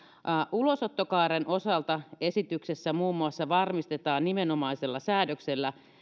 ulosottokaaren osalta esityksessä muun muassa varmistetaan nimenomaisella säännöksellä